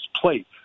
plate